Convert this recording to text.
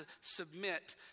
submit